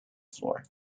floor